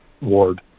ward